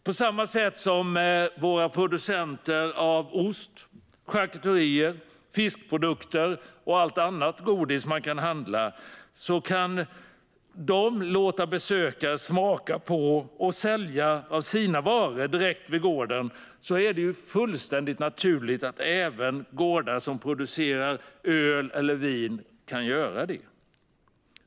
På samma sätt som våra producenter av ost, charkuterier, fiskprodukter och allt annat godis kan låta besökare smaka på det som de säljer av sina varor direkt vid gården är det fullständigt naturligt att även gårdar som producerar öl eller vin kan göra det.